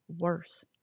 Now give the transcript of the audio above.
worse